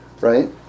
Right